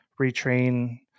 retrain